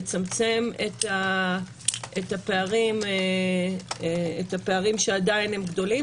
לצמצם את הפערים שעדיין גדולים,